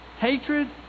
hatred